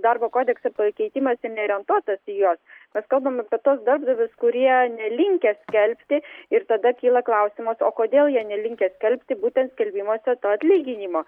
darbo kodekso pakeitimas ir neorientuotas į juos mes kalbam apie tuos darbdavius kurie nelinkę skelbti ir tada kyla klausimas o kodėl jie nelinkę skelbti būtent skelbimuose to atlyginimo